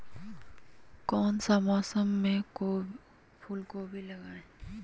कौन सा मौसम में फूलगोभी लगाए?